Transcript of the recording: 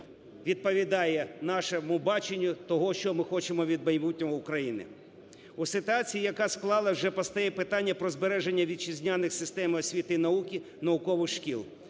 відповідає нашому баченню того, що ми хочемо від майбутнього України. У ситуації, яка склалась, вже постає питання про збереження вітчизняних систем освіти і науки, наукових шкіл.